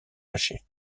caché